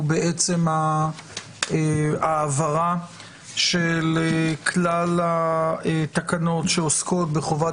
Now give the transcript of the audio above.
הוא בהעברה של כלל התקנות שעוסקות בחובת